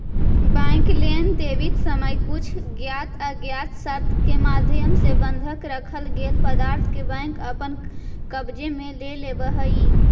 bank loan देवित समय कुछ ज्ञात अज्ञात शर्त के माध्यम से बंधक रखल गेल पदार्थ के बैंक अपन कब्जे में ले लेवऽ हइ